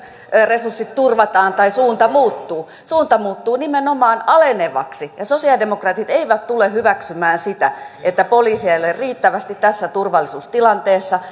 resurssit turvataan tai suunta muuttuu suunta muuttuu nimenomaan alenevaksi ja sosialidemokraatit eivät tule hyväksymään sitä että poliiseja ei ole riittävästi tässä turvallisuustilanteessa